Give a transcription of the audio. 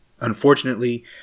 Unfortunately